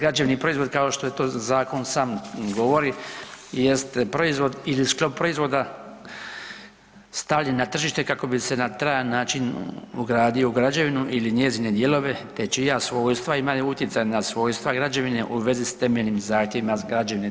Jer građevni proizvod kao što to zakon sam govori jeste proizvod ili sklop proizvoda stavljen na tržište kako bi se na trajan način ugradio u građevinu ili njezine dijelove te čija svojstva imaju utjecaj na svojstva građevine u vezi s temeljnim zahtjevima građevine.